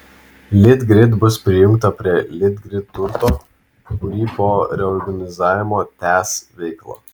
litgrid bus prijungta prie litgrid turto kuri po reorganizavimo tęs veiklą